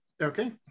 okay